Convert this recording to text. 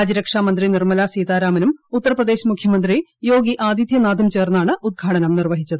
രാജ്യക്ഷാ മൂന്തി നിർമ്മല സീതാരാമനും ഉത്തർപ്രദേശ് മുഖ്യമന്ത്രി യോഗി ആദിത്യനാഥും ചേർന്നാണ് ഉദ്ഘാടനം നിർവ്വഹിച്ചത്